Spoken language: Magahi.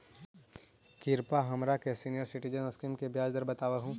कृपा हमरा के सीनियर सिटीजन स्कीम के ब्याज दर बतावहुं